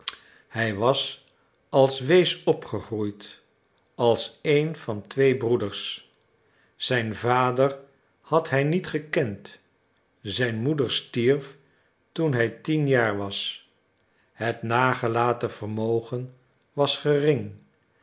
hij was als wees opgegroeid als een van twee broeders zijn vader had hij niet gekend zijn moeder stierf toen hij tien jaar was het nagelaten vermogen was gering